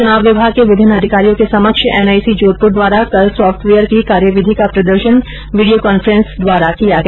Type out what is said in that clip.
चुनाव विभाग के विभिन्न अधिकारियों के समक्ष एनआइसी जोधपुर द्वारा कल सॉफ्टवेयर की कार्यविधि की प्रदर्शन वीडियो कान्फ्रेंस द्वारा किया गया